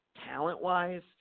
talent-wise